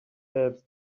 helps